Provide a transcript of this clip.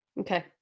Okay